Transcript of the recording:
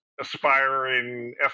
aspiring